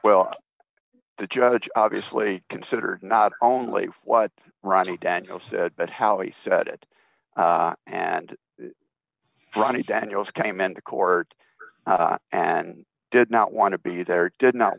well the judge obviously consider not only what ronnie daniel said but how he said it and ronnie daniels came into court and did not want to be there did not